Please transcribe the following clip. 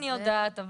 אני יודעת,